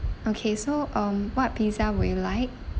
okay so um what pizza would you like